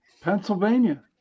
Pennsylvania